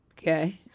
Okay